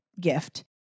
gift